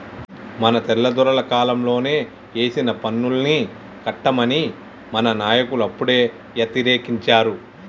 మన తెల్లదొరల కాలంలోనే ఏసిన పన్నుల్ని కట్టమని మన నాయకులు అప్పుడే యతిరేకించారు